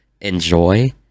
enjoy